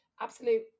absolute